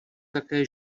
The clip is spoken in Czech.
také